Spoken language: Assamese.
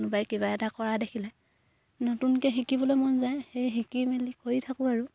কোনোবাই কিবা এটা কৰা দেখিলে নতুনকে শিকিবলে মন যায় সেই শিকি মেলি কৰি থাকোঁ আৰু